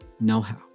know-how